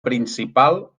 principal